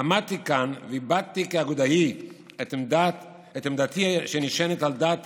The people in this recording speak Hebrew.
עמדתי כאן והבעתי כאגודאי את עמדתי, שנשענת על דעת